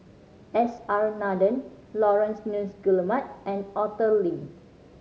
S R Nathan Laurence Nunns Guillemard and Arthur Lim